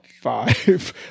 five